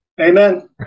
Amen